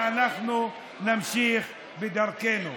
ואנחנו נמשיך בדרכנו.